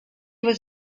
was